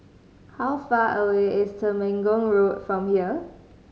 how far away is Temenggong Road from here